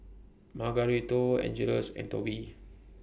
Margarito Angeles and Tobie